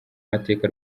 mateka